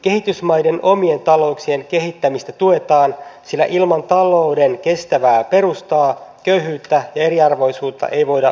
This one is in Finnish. kehitysmaiden omien talouksien kehittämistä tuetaan sillä ilman talouden kestävää perustaa ei köyhyyttä ja eriarvoisuutta voida poistaa